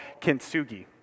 kintsugi